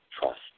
trust